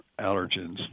allergens